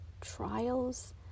trials